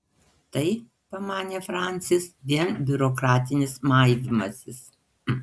tai pamanė francis vien biurokratinis maivymasis